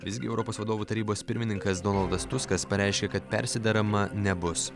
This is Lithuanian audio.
visgi europos vadovų tarybos pirmininkas donaldas tuskas pareiškė kad persiderama nebus